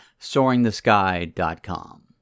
SoaringTheSky.com